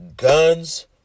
Guns